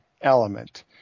element